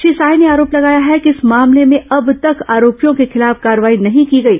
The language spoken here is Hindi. श्री साय ने आरोप लगाया है कि इस मामले में अब तक आरोपियों के खिलाफ कार्रवाई नहीं की गई